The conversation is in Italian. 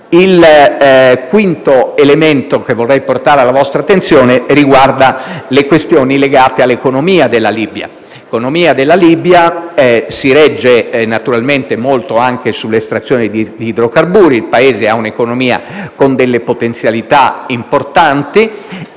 Il quinto elemento che vorrei portare alla vostra attenzione riguarda le questioni legate all'economia della Libia, che si regge molto anche sull'estrazione di idrocarburi. Il Paese ha un'economia con delle potenzialità importanti